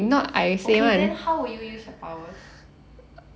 okay then how will you use your power